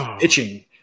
itching